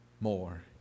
more